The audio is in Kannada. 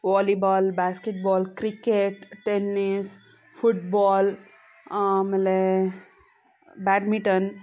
volleyball basketball cricket tennis football ಆಮೇಲೆ ಬ್ಯಾಡ್ಮಿಟನ್